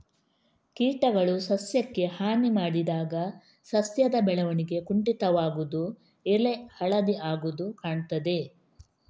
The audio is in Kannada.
ಕೀಟಗಳು ಸಸ್ಯಕ್ಕೆ ಹಾನಿ ಮಾಡಿದಾಗ ಸಸ್ಯದ ಬೆಳವಣಿಗೆ ಕುಂಠಿತವಾಗುದು, ಎಲೆ ಹಳದಿ ಆಗುದು ಕಾಣ್ತದೆ